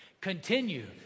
continue